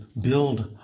build